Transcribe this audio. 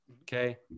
Okay